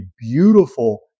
beautiful